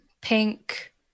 pink